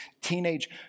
teenage